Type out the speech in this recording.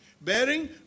Bearing